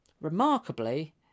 Remarkably